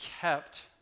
kept